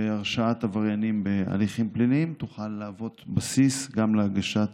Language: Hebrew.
והרשעת עבריינים בהליכים פליליים תוכל להיות בסיס להגשת